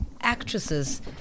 actresses